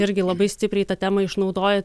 irgi labai stipriai tą temą išnaudoja